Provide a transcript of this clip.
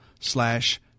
slash